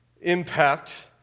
impact